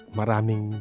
maraming